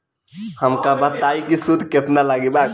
हमका बताई कि सूद केतना लागी?